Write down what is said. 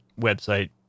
website